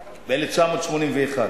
ב-1981.